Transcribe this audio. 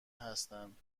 هستند